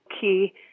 Key